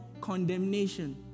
condemnation